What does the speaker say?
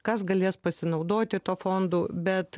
kas galės pasinaudoti tuo fondu bet